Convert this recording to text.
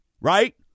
right